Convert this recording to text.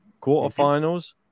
Quarterfinals